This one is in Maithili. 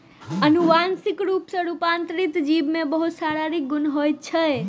अनुवांशिक रूप सॅ रूपांतरित जीव में बहुत शारीरिक गुण होइत छै